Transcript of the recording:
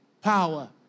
power